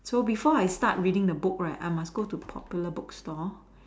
so before I start reading the book right I must go to popular bookstore